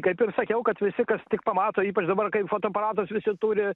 kaip ir sakiau kad visi kas tik pamato ypač dabar kai fotoaparatus visi turi